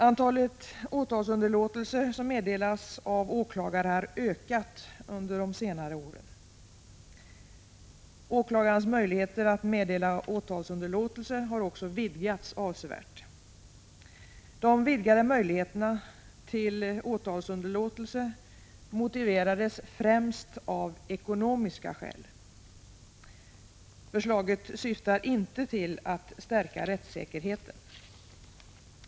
Antalet åtalsunderlåtelser som meddelas av åklagare har ökat under senare år. Åklagarens möjligheter att meddela åtalsunderlåtelse har också vidgats avsevärt. De vidgade möjligheterna till åtalsunderlåtelse motivera des främst av ekonomiska skäl. Förslaget syftar inte till att stärka rättssäkerheten.